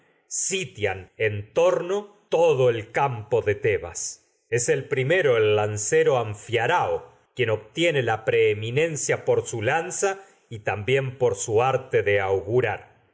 por insignia llevan sitian campo de tebas es el primero el lancero anfiapor su rao bién quien obtiene la preeminencia por su lanza es y tam arte de augurar